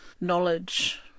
knowledge